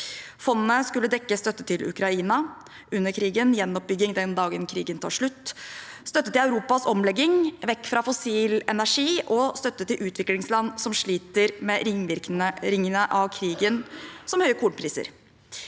Fondet skulle dekke støtte til Ukraina under krigen, gjenoppbygging den dagen krigen tar slutt, støtte til Europas omlegging vekk fra fossil energi og støtte til utviklingsland som sliter med ringvirkningene av krigen, som høye kornpriser.